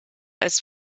als